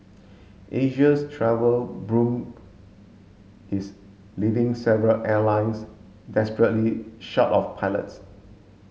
Asia's travel boom is leaving several airlines desperately short of pilots